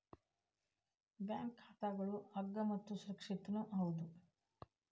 bank ಖಾತಾಗಳು ಅಗ್ಗ ಮತ್ತು ಸುರಕ್ಷಿತನೂ ಹೌದು